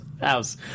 house